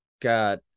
got